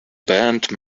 band